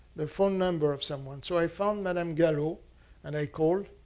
the phone number of someone. so i found madame galop and i called.